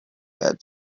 had